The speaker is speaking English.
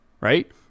right